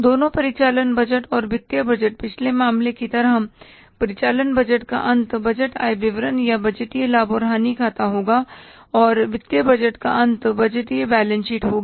दोनों परिचालन बजट और वित्तीय बजट पिछले मामले की तरह परिचालन बजट का अंत बजट आय विवरण या बजटीय लाभ और हानि खाता होगा और वित्तीय बजट का अंत बजटीय बैलेंस शीट होगी